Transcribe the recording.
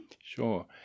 sure